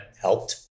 helped